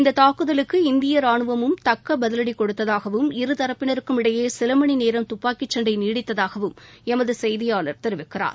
இந்த தாக்குதலுக்கு இந்திய ராணுவமும் தக்க பதிவடி கொடுத்ததாகவும் இருதரப்பினருக்கும் இடையே சில மணிநேரம் துப்பாக்கிச்சண்டை நீடித்ததாகவும் எமது செய்தியாளர் தெரிவிக்கிறார்